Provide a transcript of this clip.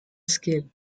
scale